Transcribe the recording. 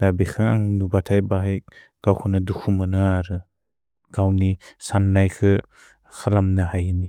द बेकु अन्ग् नुब तकय्, गौ नुने द्उदिद मलैकुल् फुत्बोल् गेलेन इनु इउ। गौ नुने क्सलमु नहिअसि।